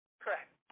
Correct